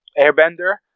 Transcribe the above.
Airbender